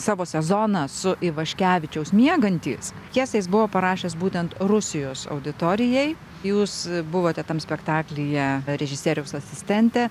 savo sezoną su ivaškevičiaus miegantys pjesę jis buvo parašęs būtent rusijos auditorijai jūs buvote tam spektaklyje režisieriaus asistentė